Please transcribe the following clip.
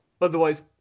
Otherwise